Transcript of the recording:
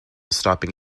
stopping